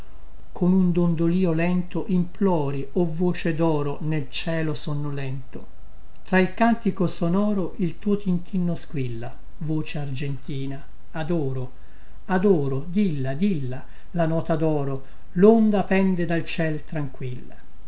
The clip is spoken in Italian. con un dondolio lento implori o voce doro nel cielo sonnolento tra il cantico sonoro il tuo tintinno squilla voce argentina adoro adoro dilla dilla la nota doro londa pende dal ciel tranquilla